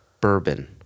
bourbon